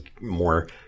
more